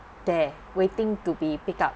there waiting to be picked up